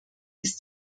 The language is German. ist